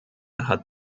hat